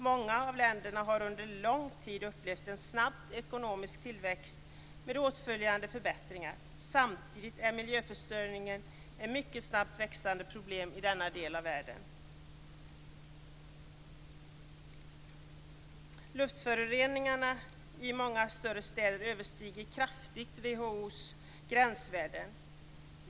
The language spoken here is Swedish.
Många av länderna har under lång tid upplevt en snabb ekonomisk tillväxt, med åtföljande förbättringar. Samtidigt är miljöförstöringen ett mycket snabbt växande problem i denna del av världen. Luftföroreningarna i många större städer överstiger kraftigt WHO:s gränsvärden.